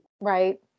Right